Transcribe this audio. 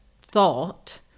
thought